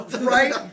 right